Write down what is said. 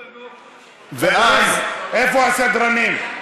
ואז, איפה הסדרנים?